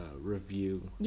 review